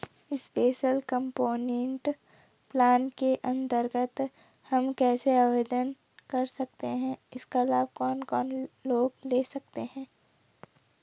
Special component plan के अन्तर्गत हम कैसे आवेदन कर सकते हैं इसका लाभ कौन कौन लोग ले सकते हैं?